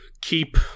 keep